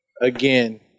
again